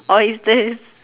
oysters